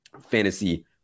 fantasy